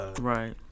Right